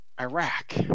Iraq